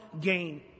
gain